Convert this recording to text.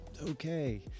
okay